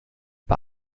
bei